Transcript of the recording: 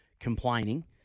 complaining